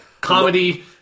comedy